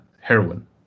heroin